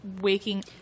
waking